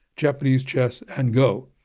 japanese chess and go.